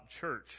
church